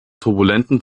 turbulenten